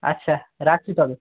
আচ্ছা রাখছি তবে